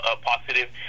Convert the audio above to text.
positive